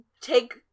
take